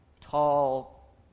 tall